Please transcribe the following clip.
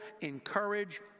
encourage